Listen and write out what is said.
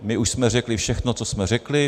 My už jsme řekli všechno, co jsme řekli.